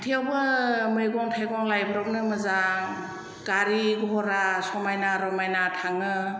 हाथायावबो मैगं थाइगं लायब्रबनो मोजां गारि गरा समायना रमायना थाङो